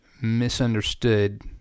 misunderstood